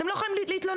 אתם לא יכולים להתלונן.